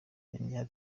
yongeraho